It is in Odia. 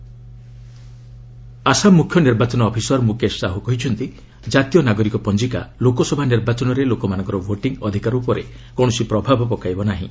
ଆସାମ ଏଲ୍ଏସ୍ ପୋଲ୍ସ୍ ଆସାମ ମୁଖ୍ୟ ନିର୍ବାଚନ ଅଫିସର୍ ମୁକେଶ ସାହୁ କହିଛନ୍ତି ଜାତୀୟ ନାଗରିକ ପଞ୍ଜିକା ଲୋକସଭା ନିର୍ବାଚନରେ ଲୋକମାନଙ୍କର ଭୋଟିଂ ଅଧିକାର ଉପରେ କୌଣସି ପ୍ରଭାବ ପକାଇବ ନାହିଁ